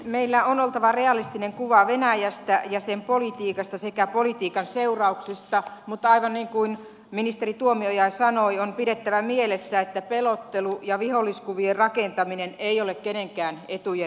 meillä on oltava realistinen kuva venäjästä ja sen politiikasta sekä politiikan seurauksista mutta aivan niin kuin ministeri tuomioja sanoi on pidettävä mielessä että pelottelu ja viholliskuvien rakentaminen ei ole kenenkään etujen mukaista